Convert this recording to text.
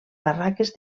barraques